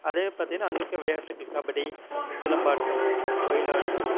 அதே பார்த்தீங்கன்னா அங்கே இருக்கிற விளையாட்டுகள் கபடி சிலம்பாட்டம் ஒயிலாட்டம்